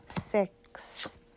six